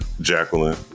Jacqueline